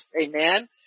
Amen